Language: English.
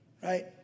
Right